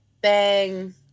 bang